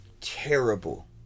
Terrible